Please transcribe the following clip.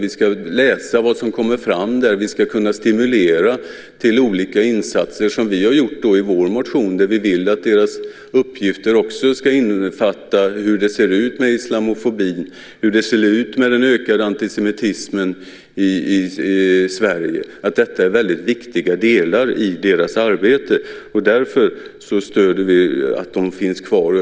Vi ska läsa vad som kommer fram där, och vi ska kunna stimulera till olika insatser. Det har vi gjort i vår motion, där vi vill att deras uppgifter också ska innefatta hur det ser ut med islamofobin och hur det ser ut med den ökade antisemitismen i Sverige. Detta är väldigt viktiga delar i deras arbete. Därför stöder vi att de finns kvar.